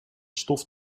stof